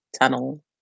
tunnel